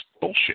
bullshit